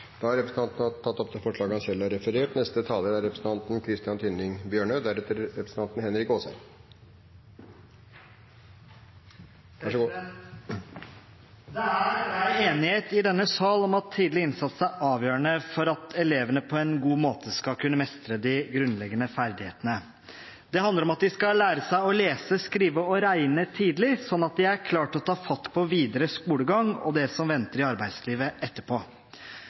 han refererte til. Det er bred enighet i denne sal om at tidlig innsats er avgjørende for at elevene på en god måte skal kunne mestre de grunnleggende ferdighetene. Det handler om at de skal lære seg å lese, skrive og regne tidlig, slik at de er klare til å ta fatt på videre skolegang og det som venter i arbeidslivet etterpå.